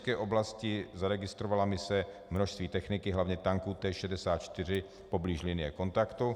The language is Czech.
V Doněcké oblasti zaregistrovala mise množství techniky, hlavně tanků T64 poblíž linie kontaktu.